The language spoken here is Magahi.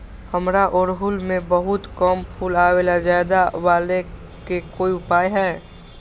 हमारा ओरहुल में बहुत कम फूल आवेला ज्यादा वाले के कोइ उपाय हैं?